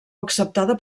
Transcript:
acceptada